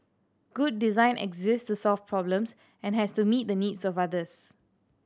good design exists to solve problems and has to meet the needs of others